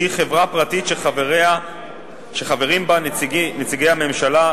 שהיא חברה פרטית שחברים בה נציגי הממשלה,